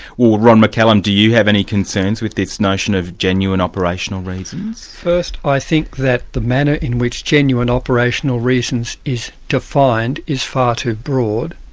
well ron mccallum do you have any concerns with this notion of genuine operational reasons? first i think that the manner in which genuine operational reasons is defined is far too broad,